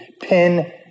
pin